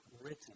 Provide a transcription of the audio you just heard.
written